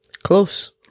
Close